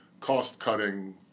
cost-cutting